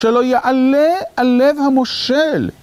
שלא יעלה על לב המושל.